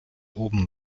oben